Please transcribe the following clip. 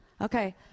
Okay